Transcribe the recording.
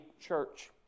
church